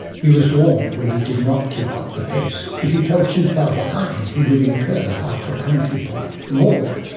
he was warned when he did not keep up the pace. if he fell too far behind he would incur half a penalty point more,